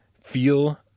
feel